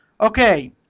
Okay